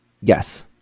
Yes